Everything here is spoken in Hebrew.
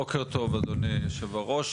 בוקר טוב אדוני יושב הראש,